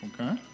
Okay